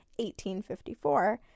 1854